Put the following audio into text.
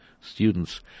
students